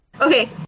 Okay